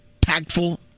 impactful